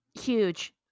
Huge